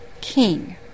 king